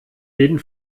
jeden